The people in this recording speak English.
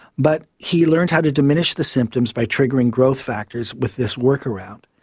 but he learned how to diminish the symptoms by triggering growth factors with this work-around.